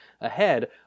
ahead